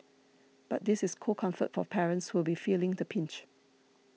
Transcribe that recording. but this is cold comfort for parents who'll be feeling the pinch